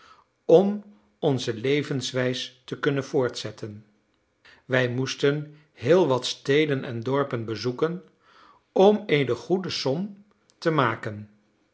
om onze levenswijs te kunnen voortzetten wij moesten heelwat steden en dorpen bezoeken om eene goede som te maken